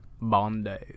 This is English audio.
Bondo